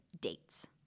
dates